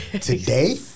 today